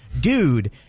dude